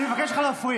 אני מבקש ממך לא להפריע.